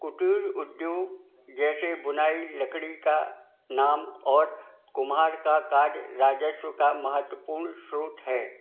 कुटीर उद्योग जैसे बुनाई लकड़ी का नाम और कुम्हार का कार्य राजस्व का महत्वपूर्ण स्रोत है